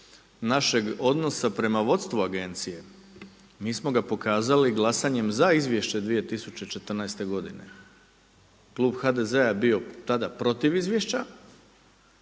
našeg odnosa prema vodstvu agencije, mi smo ga pokazali glasanjem za izvješće 2014. godine. Klub HDZ-a je bio tada protiv izvješća